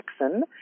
Jackson